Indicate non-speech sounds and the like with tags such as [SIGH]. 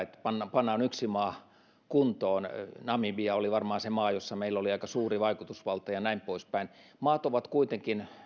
[UNINTELLIGIBLE] että pannaan pannaan yksi maa kuntoon namibia oli varmaan se maa jossa meillä oli aika suuri vaikutusvalta ja näin pois päin maat ovat kuitenkin